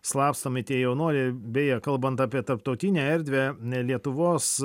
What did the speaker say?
slapstomi tie jaunuoliai beje kalbant apie tarptautinę erdvę e lietuvos